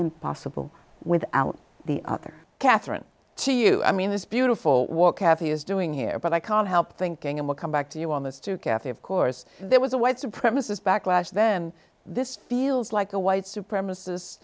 impossible without the other catherine to you i mean this beautiful walk kathy is doing here but i can't help thinking it will come back to you on this too cathy of course there was a white supremacist backlash then this feels like a white supremacist